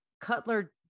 Cutler